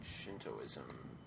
Shintoism